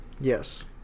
Yes